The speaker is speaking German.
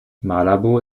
malabo